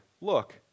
Look